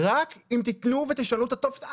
רק אם תיתנו ותשנו את הטופס,